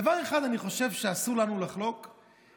דבר אחד אני חושב שאסור לנו לחלוק עליו,